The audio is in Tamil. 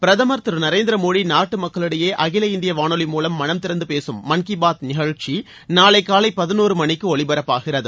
பிரதமர் திரு நரேந்திர மோடி நாட்டு மக்களிடையே அகில இந்திய வானொலி மூலம் மனம் திறந்தும் பேசும் மன் கி பாத் நிகழ்ச்சி நாளை காலை பதினோரு மணிக்கு ஒலிபரப்பாகிறது